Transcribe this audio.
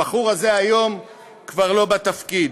הבחור הזה היום כבר לא בתפקיד.